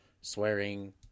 swearing